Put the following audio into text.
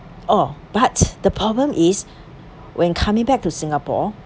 orh but the problem is when coming back to singapore